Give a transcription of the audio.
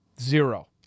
Zero